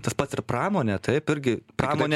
tas pats ir pramonė taip irgi pramonė